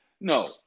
no